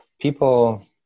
people